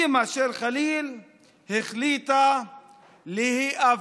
אימא של חליל החליטה להיאבק.